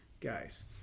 guys